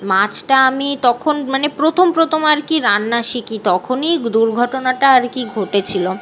মাছটা আমি তখন মানে প্রথম প্রথম আর কি রান্না শিখি তখনই দুর্ঘটনাটা আর কি ঘটেছিল